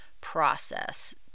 process